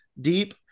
deep